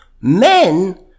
men